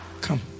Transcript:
come